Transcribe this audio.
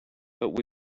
but